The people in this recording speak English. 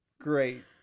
great